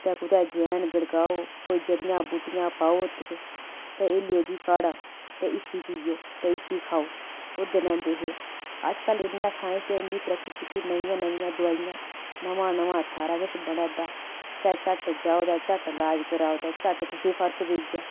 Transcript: ते कुतै जवैन गड़काओ कोई जड़ियां बूटियां पाओ ओह्दे च ते एहे लेओ जी काढ़ा ते इसी पियो ते इसी खाओ ओह्दे ने होंदी ही अज्जकल इन्ना साईंस ने इन्नी तरक्की कीती नमियां नमियां दवाईयां नमां नमां सारा किश बना दा ते झट्ट जाओ ते झट्ट इलाज कराओ ते झट्ट तुसेंई फर्क पेई गेआ